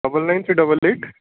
double nine three double eight